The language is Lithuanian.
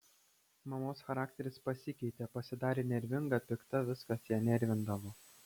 mamos charakteris pasikeitė pasidarė nervinga pikta viskas ją nervindavo